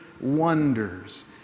wonders